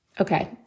Okay